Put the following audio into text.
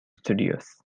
studios